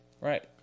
right